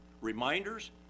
reminders